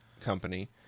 company